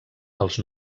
als